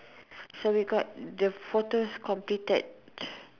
so we got the photos completed